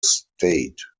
state